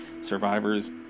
survivors